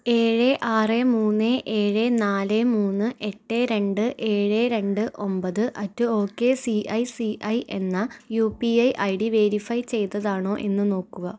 ഏഴ് ആറ് മൂന്ന് ഏഴ് നാല് മൂന്ന് എട്ട് രണ്ട് ഏഴ് രണ്ട് ഒമ്പത് at okay C I C I എന്ന U P I I D verify ചെയ്തതാണോ എന്ന് നോക്കുക